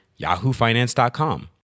yahoofinance.com